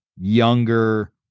younger